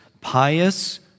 pious